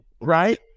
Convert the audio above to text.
right